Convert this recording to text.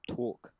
talk